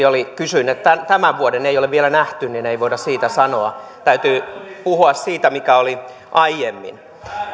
oli kysyin kun tämän vuoden ei olla vielä nähty niin ei voida siitä sanoa täytyy puhua siitä mikä oli aiemmin